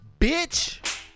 bitch